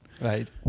Right